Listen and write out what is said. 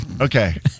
Okay